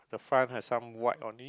front has some white on it